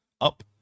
up